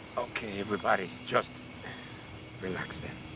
ok, everybody, just relax then.